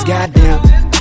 Goddamn